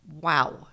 wow